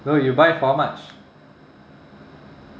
no you buy for how much